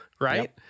Right